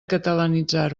catalanitzar